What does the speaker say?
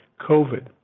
COVID